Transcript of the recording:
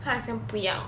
她好像不要